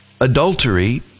Adultery